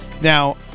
now